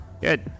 Good